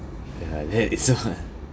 ya then this [one]